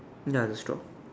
ya the straw